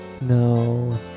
No